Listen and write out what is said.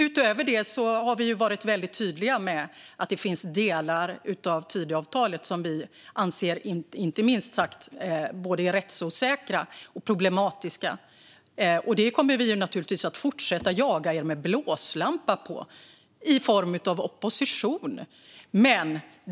Utöver det har vi varit väldigt tydliga med att det finns delar av Tidöavtalet som vi anser är minst sagt rättsosäkra och problematiska. Vi kommer naturligtvis att fortsätta jaga er med blåslampa på det området i form av opposition.